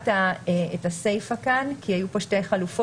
את הסיפה כאן כי היו כאן שתי חלופות.